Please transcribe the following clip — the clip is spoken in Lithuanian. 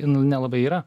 nu nelabai yra